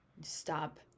Stop